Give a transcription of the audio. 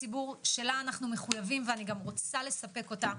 הציבור שלה אנחנו מחויבים ואני גם רוצה לספק אותה.